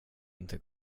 inte